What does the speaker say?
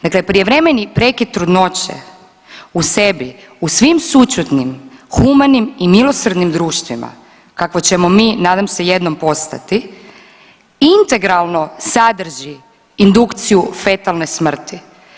Dakle, prijevremeni prekid trudnoće u sebi u svim sućutnim, humanim i milosrdnim društvima kakvo ćemo mi nadam se jednom postati, integralno sadrži indukciju fetalne smrti.